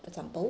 example